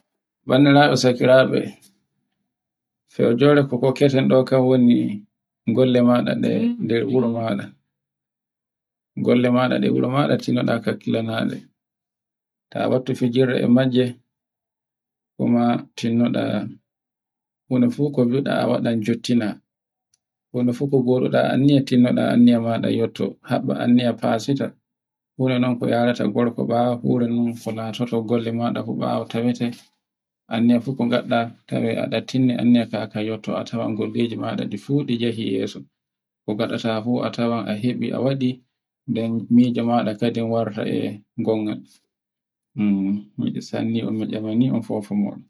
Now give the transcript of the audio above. bandiraaɓe sakiraaɓe fo jor so fokkake do kawoy ni, golle maɗa ɗi nder woro mada. Golle maɗa nder wuro maɗa tinado da kakkilama ta wattu fijirle e majje, kuma tinnoɗa, kuno ko nbidai njottina, kono fo ko joɗiɗa anniya tinnoɗa anniya mada yotto. Haɓa anniya fasita. wure non ko yarita gorko ɓawo fure non ko natoton gholle maɗa ko ɓawo tawete, anniya fu ko ngaduda anan a ɗattinne ka kayoto a tawai golleje maɗa difu di njihi yeso. ko ngaɗata fu a tawan a heɓi a yehi nden mije maɗa kandin warrata e gongon mi don sanni on nyamani on fofo mon,